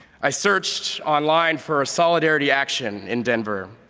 i searched on-line for a solidarity action in denver.